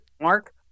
Mark